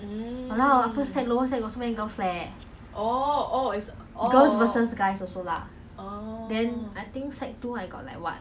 got twelve sixteen and four medal at home last time !wah! last time hor I tell you !wah! I must really tell you